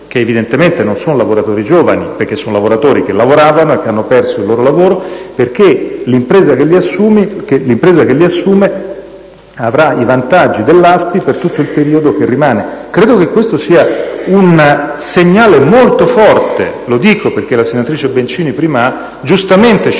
che evidentemente non sono lavoratori giovani perché si tratta di persone che già lavoravano e che hanno perso il loro lavoro. L'impresa che li assume avrà i vantaggi dell'ASpI per tutto il periodo che rimane. Credo che questo sia un segnale molto forte. Lo dico perché prima la senatrice Bencini ha giustamente citato